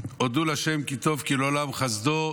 "הודו לה' כי טוב כי לעולם חסדו",